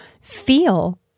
feel